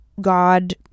God